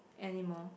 anymore